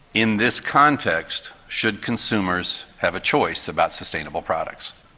in this context, should consumers have a choice about sustainable products?